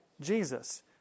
Jesus